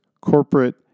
corporate